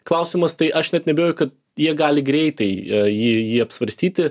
klausimas tai aš net neabejoju kad jie gali greitai jį jį apsvarstyti